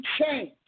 change